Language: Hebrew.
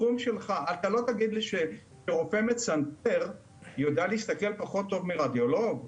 אתה לא תגיד לי שרופא מצנתר יודע להסתכל פחות טוב מרדיולוג.